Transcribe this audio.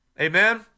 Amen